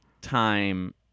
time